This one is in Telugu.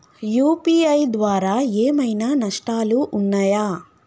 యూ.పీ.ఐ ద్వారా ఏమైనా నష్టాలు ఉన్నయా?